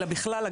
אלא בכלל.